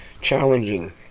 challenging